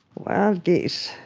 wild geese